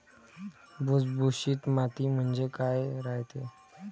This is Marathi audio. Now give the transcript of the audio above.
भुसभुशीत माती म्हणजे काय रायते?